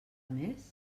més